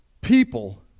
people